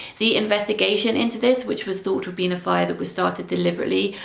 the investigation into this, which was thought to be and a fire that was started deliberately,